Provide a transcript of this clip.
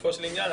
לגופו של עניין,